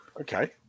Okay